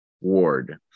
Ward